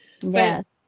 Yes